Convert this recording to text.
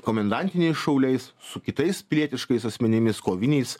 komendantiniais šauliais su kitais pilietiškais asmenimis koviniais